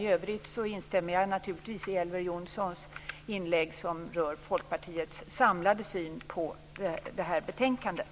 I övrigt instämmer jag naturligtvis i Elver Jonssons inlägg, som rör Folkpartiets samlade syn på det här betänkandet.